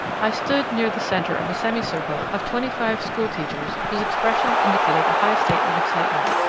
i stood near the centre of a semi-circle of twenty-five school teachers whose expressions indicated a high state of excitement,